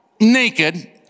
naked